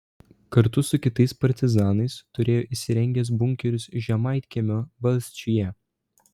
kartu su kitais partizanais turėjo įsirengęs bunkerius žemaitkiemio valsčiuje